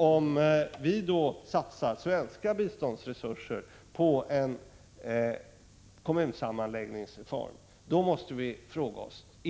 Om vi då satsar svenska biståndsresurser på en kommunsammanläggningsreform, måste vi —